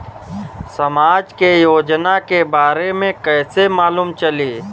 समाज के योजना के बारे में कैसे मालूम चली?